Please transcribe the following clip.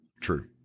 True